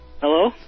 Hello